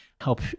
help